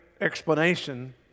explanation